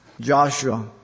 Joshua